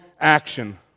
action